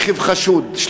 רכב חשוד,